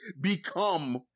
become